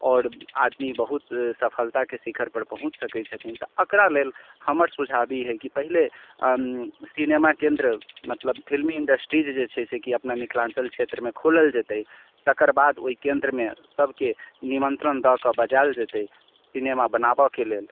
आओर आदमी बहुत सफलताके शिखर पर पहुँच सकैत छथिन तऽ अकरा लेल हमर सुझाव ई हय कि पहिले सिनेमा केन्द्र मतलब फिल्मी इन्डस्ट्रीज जे छै से कि अपना मिथिलाञ्चल छेत्रमे खोलल जयतै तकर बाद ओहि केन्द्रमे सभकेँ निमन्त्रण दऽ कऽ बजायल जयतै सिनेमा बनाबऽकेँ लेल